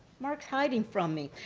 mark's hiding from me.